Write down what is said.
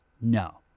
no